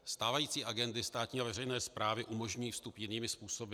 Stávající agendy státní a veřejné správy umožňují vstup jinými způsoby.